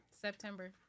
September